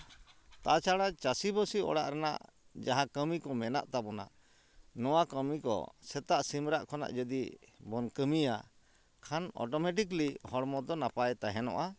ᱛᱟᱼᱪᱷᱟᱲᱟ ᱪᱟᱹᱥᱤᱼᱵᱟᱹᱥᱤ ᱚᱲᱟᱜ ᱨᱮᱱᱟᱜ ᱡᱟᱦᱟᱸ ᱠᱟᱹᱢᱤ ᱠᱚ ᱢᱮᱱᱟᱜ ᱛᱟᱵᱚᱱᱟ ᱱᱚᱣᱟ ᱠᱟᱹᱢᱤ ᱠᱚ ᱥᱮᱛᱟᱜ ᱥᱤᱢ ᱨᱟᱜ ᱠᱷᱚᱱᱟᱜ ᱡᱩᱫᱤ ᱵᱚᱱ ᱠᱟᱹᱢᱤᱭᱟ ᱠᱷᱟᱱ ᱚᱴᱳᱢᱮᱴᱤᱠᱞᱤ ᱦᱚᱲᱢᱚ ᱫᱚ ᱱᱟᱯᱟᱭ ᱛᱟᱦᱮᱱᱚᱜᱼᱟ